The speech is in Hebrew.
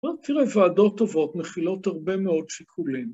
תראה, ועדות טובות מכילות הרבה מאוד שיקולים.